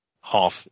half